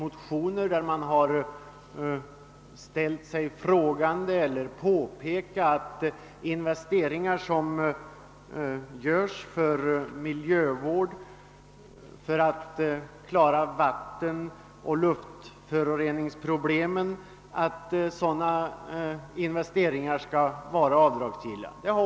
Motioner har väckts i vilka ifrågasatts att investeringar som görs för miljövård i syfte att lösa vattenoch luftföroreningsproblemen skall vara avdragsgilla.